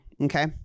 Okay